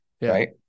right